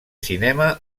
cinema